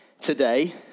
today